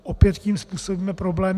Opět tím způsobíme problémy.